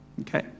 Okay